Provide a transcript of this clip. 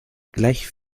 gleich